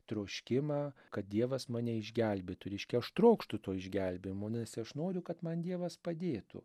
troškimą kad dievas mane išgelbėtų reiškia aš trokštu to išgelbėjimo nes aš noriu kad man dievas padėtų